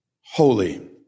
holy